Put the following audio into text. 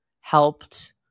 helped